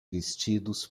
vestidos